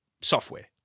software